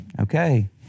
Okay